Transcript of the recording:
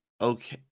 okay